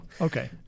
okay